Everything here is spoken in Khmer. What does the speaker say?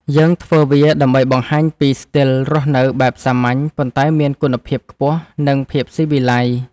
យើងធ្វើវាដើម្បីបង្ហាញពីស្ទីលរស់នៅបែបសាមញ្ញ ប៉ុន្តែមានគុណភាពខ្ពស់ និងភាពស៊ីវិល័យ។